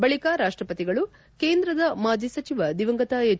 ಬಳಿಕ ರಾಷ್ಷಪತಿಗಳು ಕೇಂದ್ರದ ಮಾಜಿ ಸಚಿವ ದಿವಂಗತ ಎಚ್